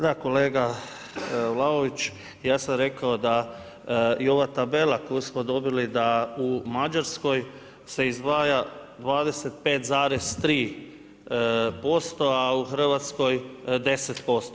Da kolega, Vlaović ja sam rekao da i ova tabela koju smo dobili da u Mađarskoj se izdvaja 25,3% a u Hrvatskoj 10%